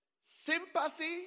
Sympathy